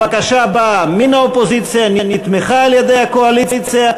הבקשה באה מן האופוזיציה ונתמכה על-ידי הקואליציה,